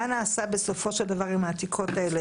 מה נעשה בסופו של דבר עם העתיקות האלה?